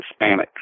Hispanics